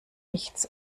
nichts